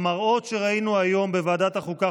המראות שראינו היום בוועדת החוקה,